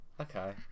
Okay